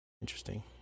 Interesting